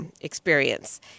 experience